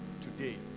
today